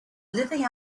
living